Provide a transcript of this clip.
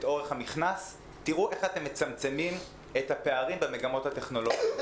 אורך המכנס תראו איך אתם מצמצמים את הפערים במגמות הטכנולוגיות.